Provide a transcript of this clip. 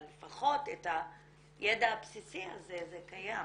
אבל לפחות הידע הבסיסי הזה קיים.